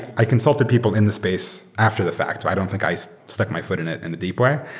i consulted people in this space after the fact. i don't think i stuck my foot in it in a deep way,